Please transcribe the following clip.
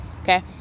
okay